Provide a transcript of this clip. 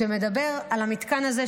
על המתקן הזה,